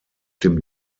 dem